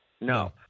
No